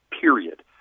period